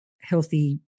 healthy